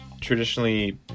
Traditionally